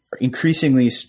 increasingly